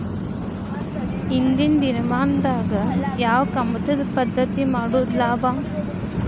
ಇಂದಿನ ದಿನಮಾನದಾಗ ಯಾವ ಕಮತದ ಪದ್ಧತಿ ಮಾಡುದ ಲಾಭ?